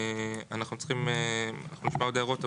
אנחנו צריכים לשמוע עוד הערות,